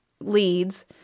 leads